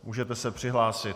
Můžete se přihlásit.